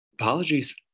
apologies